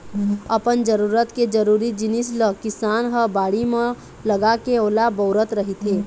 अपन जरूरत के जरुरी जिनिस ल किसान ह बाड़ी म लगाके ओला बउरत रहिथे